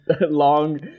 long